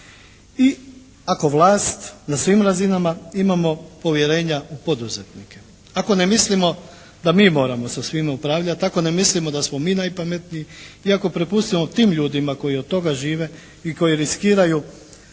I ako vlast na svim razinama imamo povjerenja u poduzetnike. Ako ne mislimo da mi moramo sa svime upravljati, tako ne mislimo da smo mi najpametniji iako prepustimo tim ljudima koji od toga žive i koji riskiraju